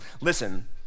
listen